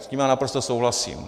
S tím naprosto souhlasím.